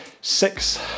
Six